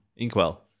Inkwell